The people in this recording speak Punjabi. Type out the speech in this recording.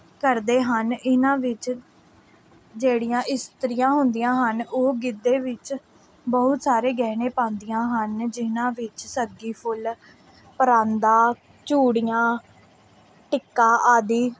ਕਰਦੇ ਹਨ ਇਹਨਾਂ ਵਿੱਚ ਜਿਹੜੀਆਂ ਇਸਤਰੀਆਂ ਹੁੰਦੀਆਂ ਹਨ ਉਹ ਗਿੱਧੇ ਵਿੱਚ ਬਹੁਤ ਸਾਰੇ ਗਹਿਣੇ ਪਾਉਂਦੀਆਂ ਹਨ ਜਿਨ੍ਹਾਂ ਵਿੱਚ ਸੱਗੀ ਫੁੱਲ ਪਰਾਂਦਾ ਚੂੜੀਆਂ ਟਿੱਕਾ ਆਦਿ